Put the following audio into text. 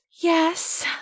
Yes